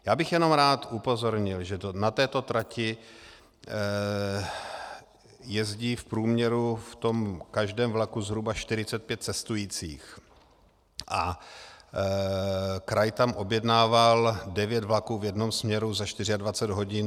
Já bych jenom rád upozornil, že na této trati jezdí v průměru v tom každém vlaku zhruba 45 cestujících a kraj tam objednával 9 vlaků v jednom směru za 24 hodin.